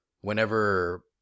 whenever